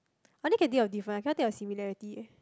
I only can think of difference I cannot think of similarity